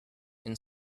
and